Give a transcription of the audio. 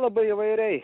labai įvairiai